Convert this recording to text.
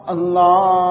Allah